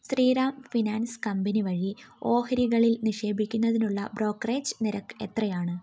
Sriram finance company വഴി ഓഹരികളിൽ നിക്ഷേപിക്കുന്നതിനുള്ള ബ്രോക്കറേജ് നിരക്ക് എത്രയാണ്